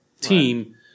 team